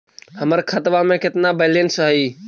हमर खतबा में केतना बैलेंस हई?